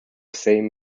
same